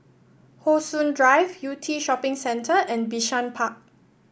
How Sun Drive Yew Tee Shopping Centre and Bishan Park